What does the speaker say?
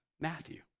Matthew